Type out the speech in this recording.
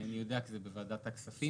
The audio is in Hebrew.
אינני יודע כי זה בוועדת הכספים,